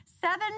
seven